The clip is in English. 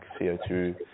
CO2